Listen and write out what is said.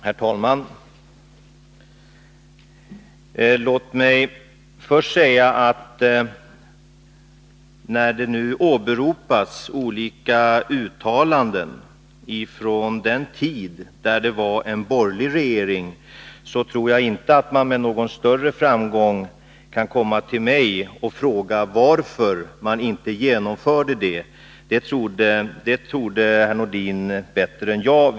Herr talman! Här åberopas nu olika uttalanden från den tid då vi hade en borgerlig regering. Jag tror inte att man med någon större framgång kan komma till mig och fråga varför den inte genomförde dem. Det torde herr Nordin veta bättre än jag.